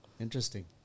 Interesting